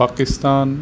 Pakistan